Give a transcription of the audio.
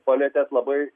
palietėt labai